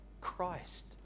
christ